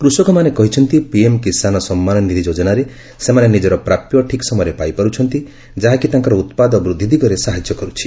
କୃଷକମାନେ କହିଛନ୍ତି ପିଏମ୍ କିଷାନ ସମ୍ମାନନିଧି ଯୋଜନାରେ ସେମାନେ ନିକ୍କର ପ୍ରାପ୍ୟ ଠିକ୍ ସମୟରେ ପାଇପାରୁଛନ୍ତି ଯାହାକି ତାଙ୍କର ଉତ୍ପାଦ ବୃଦ୍ଧି ଦିଗରେ ସାହାଯ୍ୟ କରୁଛି